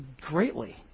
greatly